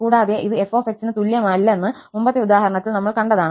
കൂടാതെ ഇത് f ന് തുല്യമല്ലെന്ന് മുമ്പത്തെ ഉദാഹരണത്തിൽ നമ്മൾ കണ്ടതാണ്